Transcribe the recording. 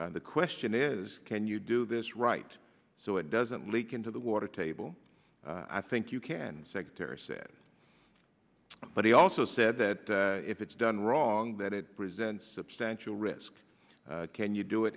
it the question is can you do this right so it doesn't leak into the water table i think you can secretary said but he also said that if it's done wrong that it presents substantial risks can you do it